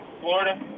Florida